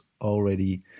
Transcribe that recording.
already